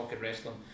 wrestling